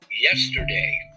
Yesterday